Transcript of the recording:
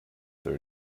their